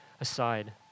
aside